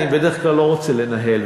אני בדרך כלל לא רוצה לנהל,